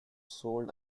sold